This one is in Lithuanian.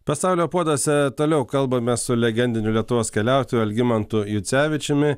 pasaulio puoduose toliau kalbame su legendiniu lietuvos keliautoju algimantu jucevičiumi